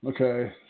Okay